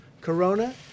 corona